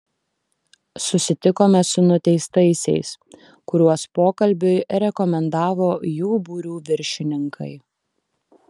susitikome su nuteistaisiais kuriuos pokalbiui rekomendavo jų būrių viršininkai